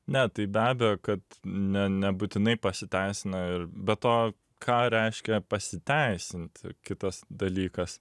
ne tai be abejo kad ne nebūtinai pasiteisina ir be to ką reiškia pasiteisinti kitas dalykas